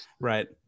Right